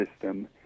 system